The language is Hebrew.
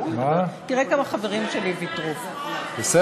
תראה כמה חברים שלי ויתרו, תן לי, מה?